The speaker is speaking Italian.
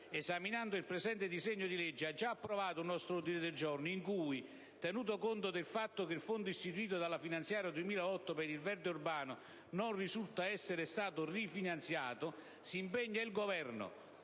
esaminato il presente disegno di legge, ha già approvato un nostro ordine del giorno in cui, tenuto conto del fatto che il Fondo istituito dalla finanziaria 2008 per il verde urbano non risulta essere stato rifinanziato, si impegna il Governo